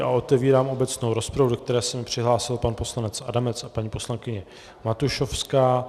Otevírám obecnou rozpravu, do které se mi přihlásil pan poslanec Adamec a paní poslankyně Matušovská.